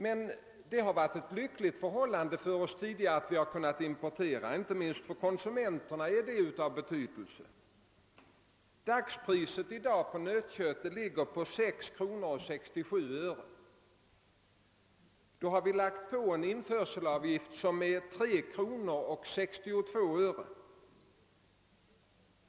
Men det har varit lyckligt för oss att vi kunnat importera, inte minst för konsumenterna. Dagspriset på nötkött är i dag 6:67 kr. Då har vi lagt på en införselavgift på 3:62 kr.